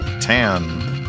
Tan